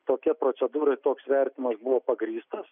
tokia procedūra ir toks vertinimas buvo pagrįstas